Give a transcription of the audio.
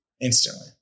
instantly